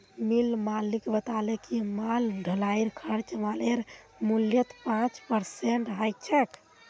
मिल मालिक बताले कि माल ढुलाईर खर्चा मालेर मूल्यत पाँच परसेंट ह छेक